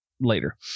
later